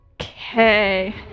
Okay